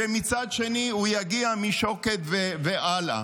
ומצד שני הוא יגיע משוקת והלאה.